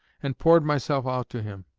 and poured myself out to him.